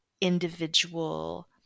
individual